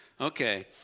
Okay